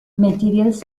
materials